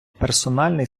персональний